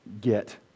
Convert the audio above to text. get